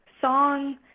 song